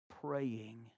praying